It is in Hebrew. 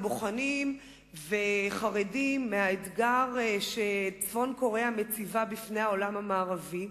הם בוחנים וחרדים מהאתגר שצפון-קוריאה מציבה בפני העולם המערבי,